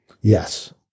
Yes